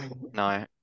No